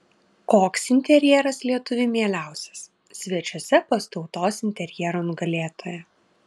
koks interjeras lietuviui mieliausias svečiuose pas tautos interjero nugalėtoją